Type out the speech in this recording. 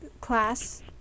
class